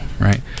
right